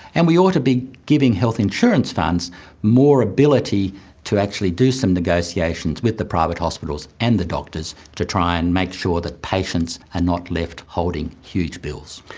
and we ought to be giving health insurance funds more ability to actually do some negotiations with the private hospitals and the doctors to try and make sure that patients are and not left holding huge bills.